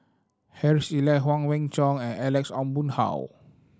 Harry Elias Huang Wenhong and Alex Ong Boon Hau